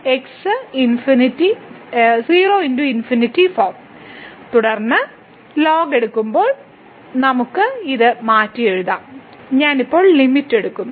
0 x ∞ form തുടർന്ന് logarithmic എടുക്കുമ്പോൾ നമുക്ക് ഇത് മാറ്റിയെഴുതാം ഞാൻ ഇപ്പോൾ ലിമിറ്റ് എടുക്കുന്നു